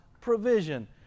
provision